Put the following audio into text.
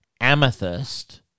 Amethyst